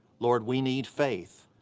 lord, we need faith.